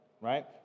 right